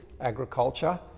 agriculture